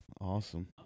Awesome